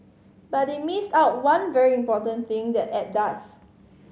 but they missed out one very important thing that the app does